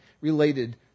related